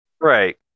Right